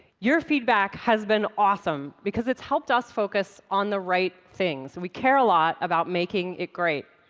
your feedback has been awesome because it's helped us focus on the right things we care a lot about making it great.